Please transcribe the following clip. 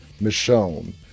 Michonne